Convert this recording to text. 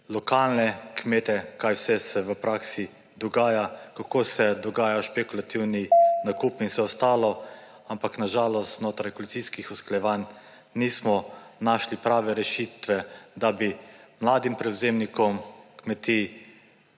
lokalne kmete, kaj vse se v praksi dogaja, kako se dogajajo špekulativni nakupi in vse ostalo, ampak na žalost znotraj koalicijskih usklajevanj nismo našli pravne rešitve, da bi mladim prevzemnikom kmetij,